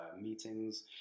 meetings